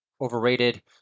overrated